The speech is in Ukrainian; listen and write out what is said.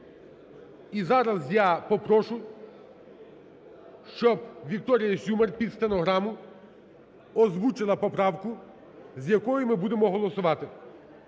І зараз я попрошу, щоб Вікторія Сюмар під стенограму озвучила поправку, з якою ми будемо голосувати.